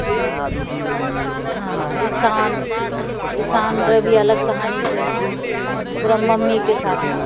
हँ ईशान ईशान रवि अलग कहानी छै ओकरा मम्मीके साथमे